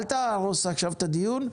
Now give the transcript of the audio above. אל תהרוס עכשיו את הדיון.